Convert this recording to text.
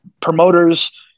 promoters